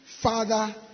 Father